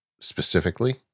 specifically